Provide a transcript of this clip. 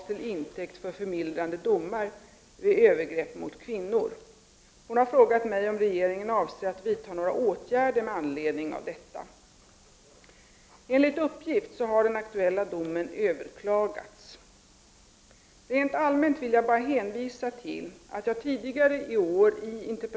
Tingsrätten medgav i domskälen att brottet var av sådan art att det borde ha lett till fängelse men ansåg att brotten kan ha sin orsak i kulturella olikheter och gav mannen villkorlig dom samt 50 dagsböter.